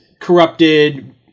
corrupted